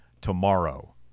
tomorrow